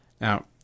Now